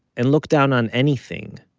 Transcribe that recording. and looked down on anything,